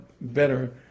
better